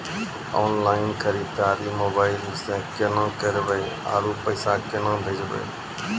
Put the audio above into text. Online खरीददारी mobile से केना करबै, आरु पैसा केना भेजबै?